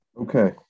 Okay